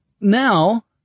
now